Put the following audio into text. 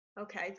Okay